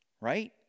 right